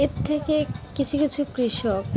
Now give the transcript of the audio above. এর থেকে কিছু কিছু কৃষক